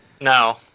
No